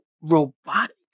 robotic